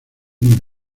muy